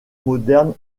moderne